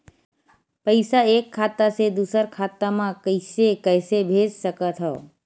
पईसा एक खाता से दुसर खाता मा कइसे कैसे भेज सकथव?